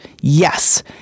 Yes